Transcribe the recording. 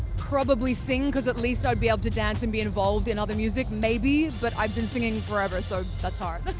probably sing because at least i would be able to dance and be involved in other music, maybe? but i've been singing forever, so that's hard.